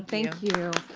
thank you.